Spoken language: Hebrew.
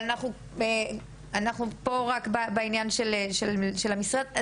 אבל אנחנו עדיין פה בעניין של משרד הבריאות.